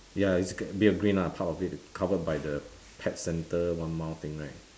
ya it's got a bit of green lah part of it covered by the pet centre one mile thing right